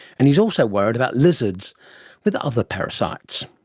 and he's also worried about lizards with other parasites.